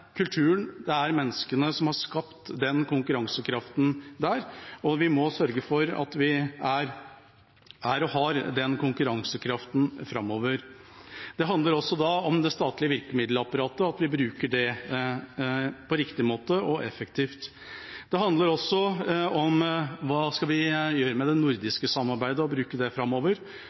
kulturen, det er menneskene som har skapt den konkurransekraften der, og vi må sørge for at vi har den konkurransekraften framover. Det handler også om det statlige virkemiddelapparatet, og at vi bruker det riktig og effektivt. Det handler også om hva vi skal gjøre med det nordiske samarbeidet, og hvordan vi skal bruke det framover.